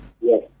Yes